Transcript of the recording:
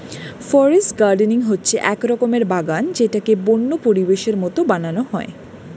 forest gardening হচ্ছে এক রকমের বাগান যেটাকে বন্য পরিবেশের মতো বানানো হয়